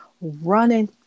running